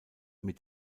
mit